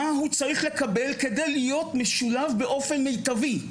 מה צריך לקבל כדי להיות משולב באופן מיטבי,